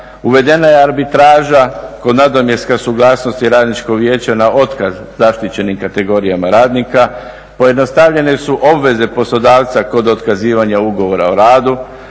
uvedena je arbitraža kod nadomjeska suglasnosti radničko vijeće na otkaz zaštićenim kategorijama radnika. Pojednostavljene su obveze poslodavca kod otkazivanja ugovora o radu,